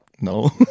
No